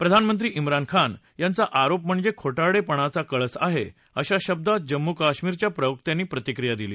प्रधानमंत्री ा ्ज्ञान खान यांचा आरोप म्हणजे खोटारडेपणाचा कळस आहे अशा शब्दात जम्मू कश्मीरच्या प्रवक्त्यांनी प्रतिक्रिया दिली